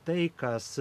tai kas